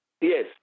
Yes